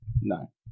No